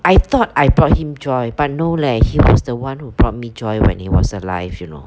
I thought I brought him joy but no leh he was the one who brought me joy when he was alive you know